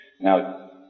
Now